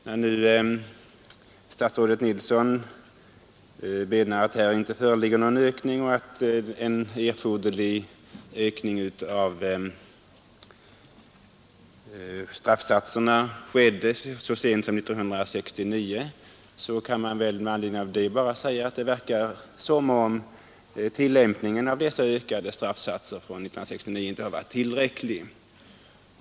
När nu statsrådet Nilsson anför att här inte föreligger någon ökning av överträdelserna och att en erforderlig skärpning av straffsatserna skedde så sent som 1969, kan man väl med anledning därav bara säga, att det verkar som om tillämpningen av dessa skärpta straffsatser från 1969 inte har varit tillräcklig.